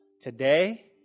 Today